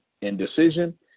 indecision